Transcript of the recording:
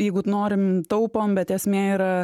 jeigu norim taupom bet esmė yra